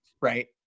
Right